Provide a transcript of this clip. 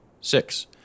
Six